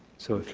so if,